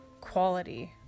quality